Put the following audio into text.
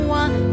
one